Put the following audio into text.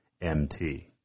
MT